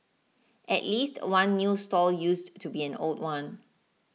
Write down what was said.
at least one new stall used to be an old one